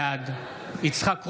בעד יצחק קרויזר,